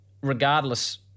regardless